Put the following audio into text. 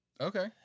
okay